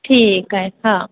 ठीकु आहे हा